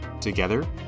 Together